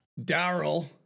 Daryl